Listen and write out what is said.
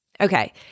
Okay